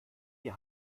wir